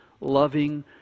loving